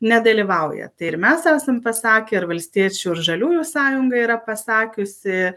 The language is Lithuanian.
nedalyvauja tai ir mes esam pasakę ir valstiečių ir žaliųjų sąjunga yra pasakiusi